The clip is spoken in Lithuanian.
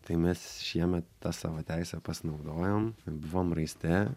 tai mes šiemet ta savo teise pasnaudojom buvom raiste